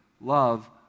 love